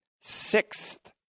sixth